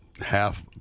half